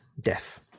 death